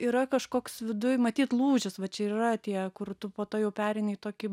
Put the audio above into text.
yra kažkoks viduj matyt lūžis va čia ir yra tie kur tu po to jau pereina į tokį